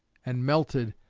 and melted,